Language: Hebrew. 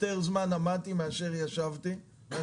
יותר זמן עמדתי מאשר נסעתי.